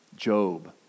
Job